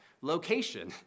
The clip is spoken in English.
location